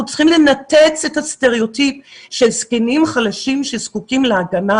צריכים לנתץ את הסטריאוטיפ של זקנים חלשים שזקוקים להגנה